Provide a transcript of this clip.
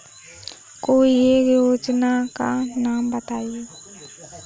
कोई एक योजना का नाम बताएँ?